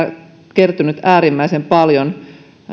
kertynyt äärimmäisen paljon